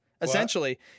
Essentially